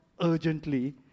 urgently